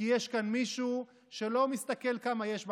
כי יש כאן מישהו שלא מסתכל כמה יש בחשבון,